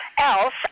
Else